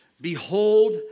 Behold